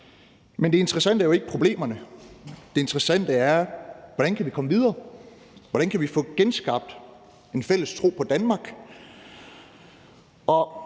Men det interessante er jo ikke problemerne, det interessante er, hvordan vi kan komme videre, hvordan vi kan få genskabt en fælles tro på Danmark.